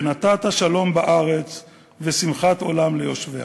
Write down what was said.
ונתת שלום בארץ ושמחת עולם ליושביה".